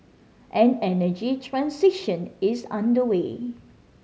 an energy transition is underway